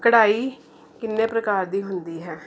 ਕਢਾਈ ਕਿੰਨੇ ਪ੍ਰਕਾਰ ਦੀ ਹੁੰਦੀ ਹੈ